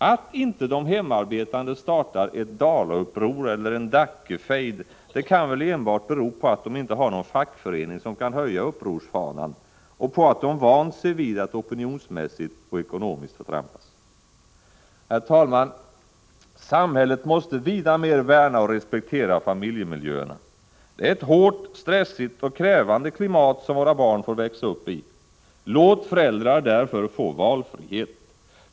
Att inte de hemarbetande startar ett dalauppror eller en Dackefejd kan väl enbart bero på att de inte har någon fackförening som kan höja upprorsfanan och på att de vant sig vid att opinionsmässigt och ekonomiskt förtrampas. Herr talman! Samhället måste vida mer värna och respektera familjemiljöerna. Det är ett hårt, stressigt och krävande klimat som våra barn får växa upp i. Låt därför föräldrar få valfrihet!